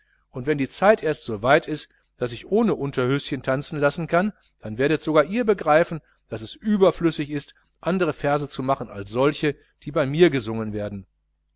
und wenn die zeit erst so weit ist daß ich ohne unterhöschen tanzen lassen kann dann werdet sogar ihr begreifen daß es überflüssig ist andere verse zu machen als solche die bei mir gesungen werden